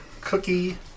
cookie